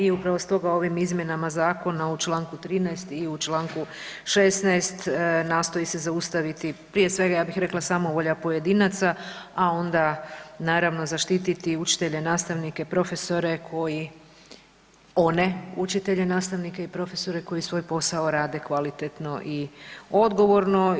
I upravo stoga ovim izmjenama Zakona u članku 13. i u članku 16. nastoji se zaustaviti prije svega ja bih rekla samovolja pojedinaca, a onda naravno zaštititi učitelje, nastavnike, profesore koji one učitelje, nastavnike i profesore koji svoj posao rade kvalitetno i odgovorno.